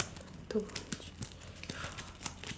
two three four